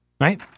right